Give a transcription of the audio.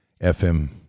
FM